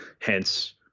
hence